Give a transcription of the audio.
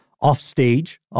off-stage